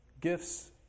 Gifts